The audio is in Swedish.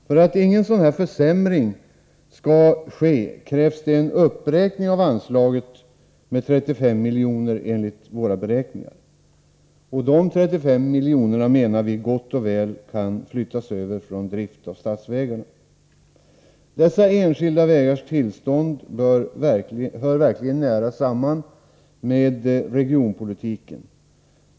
För att ingen försämring skall ske krävs det enligt våra beräkningar en uppräkning av anslaget med 35 milj.kr., och de 35 miljonerna kan, menar vi, gott och väl flyttas över från drift av statsvägarna. Dessa enskilda vägars tillstånd hör verkligen nära samman med regionalpolitiken.